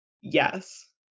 yes